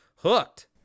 hooked